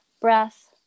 breath